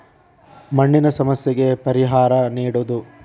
ಮಣ್ಣಿನ ಸಮಸ್ಯೆಗೆ ಪರಿಹಾರಾ ನೇಡುದು